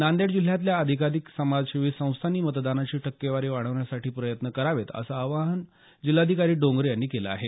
नांदेड जिल्ह्यातल्या अधिकाधिक समाजसेवी संस्थानी मतदानाची टक्केवारी वाढण्यासाठी प्रयत्न करावेत असं आवाहन जिल्हाधिकारी डोंगरे यांनी केलं आहे